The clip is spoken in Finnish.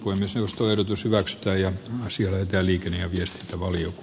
niillä jotka liikkuvat järvillä ja liikenne viestintä valio